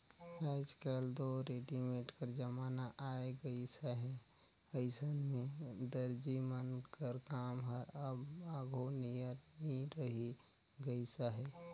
आएज काएल दो रेडीमेड कर जमाना आए गइस अहे अइसन में दरजी मन कर काम हर अब आघु नियर नी रहि गइस अहे